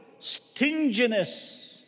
stinginess